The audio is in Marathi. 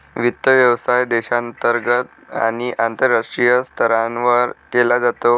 वित्त व्यवसाय देशांतर्गत आणि आंतरराष्ट्रीय स्तरावर केला जातो